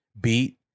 beat